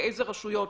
לאילו רשויות.